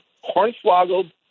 hornswoggled